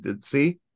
see